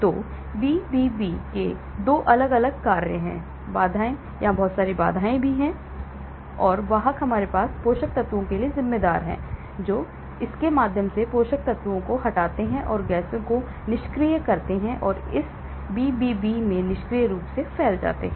तो BBB के 2 अलग अलग कार्य बाधाएं यहां बहुत सारी बाधाएं हैं और वाहक हमारे पास पोषक तत्वों के लिए जिम्मेदार हैं जो इसके माध्यम से पोषक तत्वों को हटाते हैं और गैसों को निष्क्रिय करते हैं और इस BBB में निष्क्रिय रूप से फैल जाते हैं